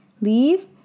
leave